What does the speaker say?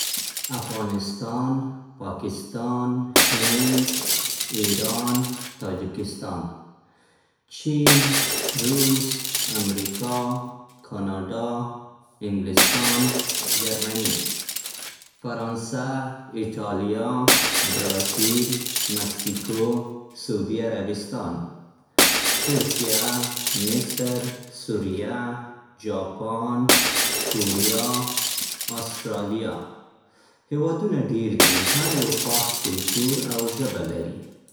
افغانستان، پاکستان، هند، ایران، تاجکستان. چین، روس، امریکا، کاناډا، انګلستان، جرمني. فرانسه، ایټالیا، برازیل، مکسیکو، سعودي عربستان. ترکیه، مصر، سوریه، جاپان، کوریا، اسټرالیا. هېوادونه ډېر دي، هر یو خاص کلتور او ژبه لري.